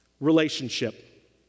relationship